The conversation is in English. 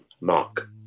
Mark